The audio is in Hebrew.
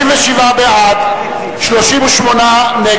מנפלאות הממשלה.